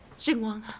xinguang,